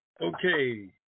Okay